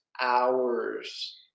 hours